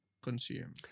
consume